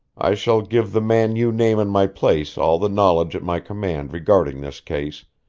i shall give the man you name in my place all the knowledge at my command regarding this case,